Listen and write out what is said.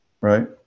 right